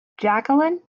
jacqueline